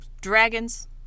Dragons